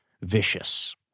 vicious